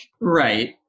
Right